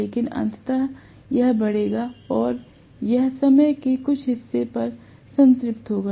लेकिन अंततः यह बढ़ेगा और यह समय के कुछ हिस्से पर संतृप्त होगा